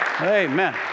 Amen